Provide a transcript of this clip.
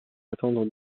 attendre